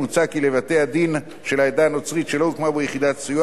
מוצע כי בית-דין דתי של העדה הנוצרית שלא הוקמה בו יחידת סיוע